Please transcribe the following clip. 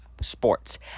sports